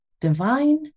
Divine